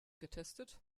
getestet